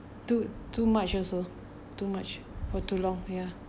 too too much also too much for too long ya